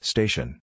Station